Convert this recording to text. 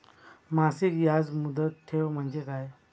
मासिक याज मुदत ठेव म्हणजे काय?